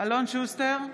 אלון שוסטר,